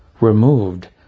Removed